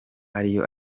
ariyo